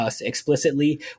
explicitly